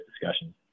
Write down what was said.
discussion